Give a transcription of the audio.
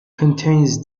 contains